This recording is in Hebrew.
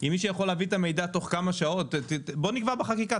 אם מישהו יכול להביא את המידע תוך כמה שעות בואו נקבע בחקיקה,